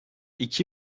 iki